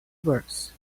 birds